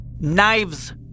Knives